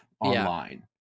online